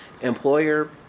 employer